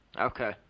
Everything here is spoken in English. Okay